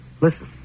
Listen